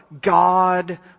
God